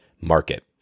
market